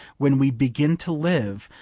when we begin to live,